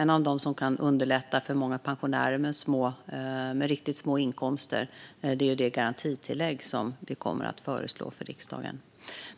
Något som kan underlätta för pensionärer med riktigt små inkomster är det garantitillägg som vi kommer att föreslå för riksdagen.